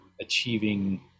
achieving